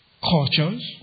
cultures